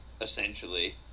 essentially